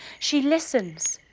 she listens,